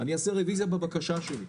אני אעשה רביזיה בבקשה שלי.